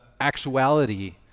actuality